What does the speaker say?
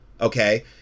okay